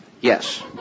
Yes